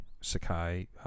Sakai